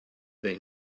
they